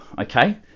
okay